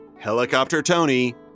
HELICOPTERTONY